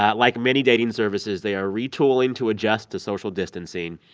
ah like many dating services, they are retooling to adjust to social distancing.